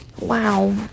Wow